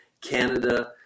Canada